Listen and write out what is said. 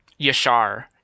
Yashar